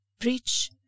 preach